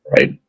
right